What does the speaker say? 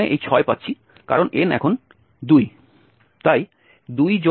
এখানে এই 6 পাচ্ছি কারণ n এখন 2